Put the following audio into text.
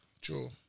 True